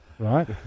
Right